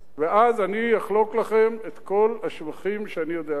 ואז אני אחלוק לכם את כל השבחים שאני יודע להגיד.